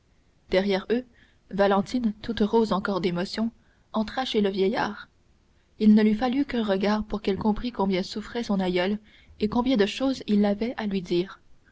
derrière eux valentine toute rose encore d'émotion entra chez le vieillard il ne lui fallut qu'un regard pour qu'elle comprît combien souffrait son aïeul et combien de choses il avait à lui dire